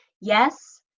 yes